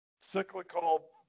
cyclical